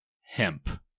hemp